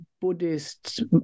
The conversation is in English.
Buddhist